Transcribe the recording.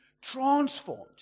transformed